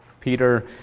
Peter